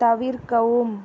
தவிர்க்கவும்